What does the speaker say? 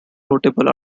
notable